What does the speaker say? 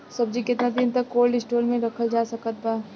सब्जी केतना दिन तक कोल्ड स्टोर मे रखल जा सकत बा?